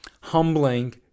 humbling